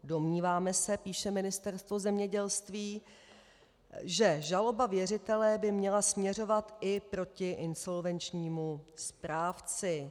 Domníváme se, píše Ministerstvo zemědělství, že žaloba věřitele by měla směřovat i proti insolvenčnímu správci.